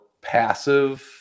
passive